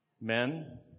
Men